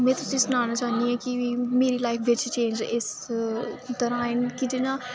में तुसेंई सनाना चाह्न्नी आं कि मेरी लाइफ बिच चेंज इस तरह् जि'यां